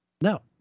no